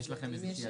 יש לכם הצעה?